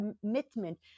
commitment